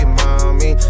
mommy